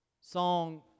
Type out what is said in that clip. song